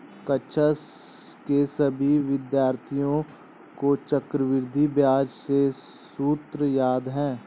कक्षा के सभी विद्यार्थियों को चक्रवृद्धि ब्याज के सूत्र याद हैं